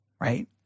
right